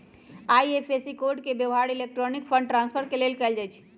IFSC code के व्यव्हार electronic fund transfer के लेल कएल जाइ छइ